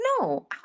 no